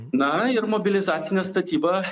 na ir mobilizacinė statyba